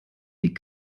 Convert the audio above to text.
die